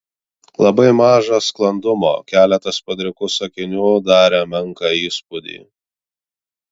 labai maža sklandumo keletas padrikų sakinių darė menką įspūdį